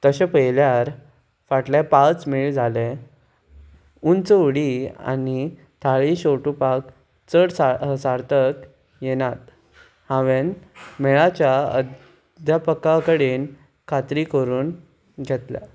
तशें पळयल्यार फाटले पांच मेळ जाले ऊंच उडी आनी थाळी शेंवटुपाक चड सा सार्थक येनात हांवेन मेळाच्या अध्यापका कडेन खात्री करून घेतल्या